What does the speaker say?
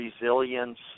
resilience